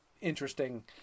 interesting